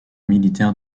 militaire